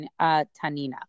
Tanina